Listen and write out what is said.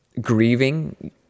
grieving